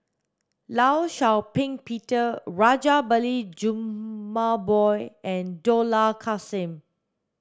Law Shau Ping Peter Rajabali Jumabhoy and Dollah Kassim